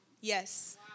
yes